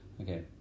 Okay